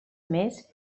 més